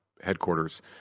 headquarters